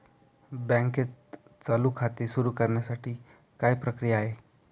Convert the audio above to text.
बँकेत चालू खाते सुरु करण्यासाठी काय प्रक्रिया आहे?